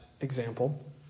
example